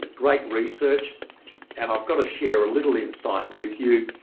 great research and i've got to share a little insight with you.